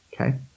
Okay